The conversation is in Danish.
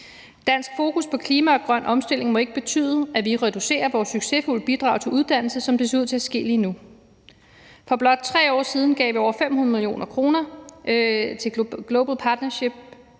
Dansk fokus på klima og grøn omstilling må ikke betyde, at vi reducerer vores succesfulde bidrag til uddannelse, sådan som det ser ud til at ske lige nu. For blot 3 år siden gav vi over 500 mio. kr. til Global Partnership